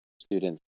students